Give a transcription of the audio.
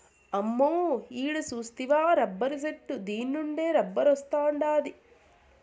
అమ్మో ఈడ సూస్తివా రబ్బరు చెట్టు దీన్నుండే రబ్బరొస్తాండాది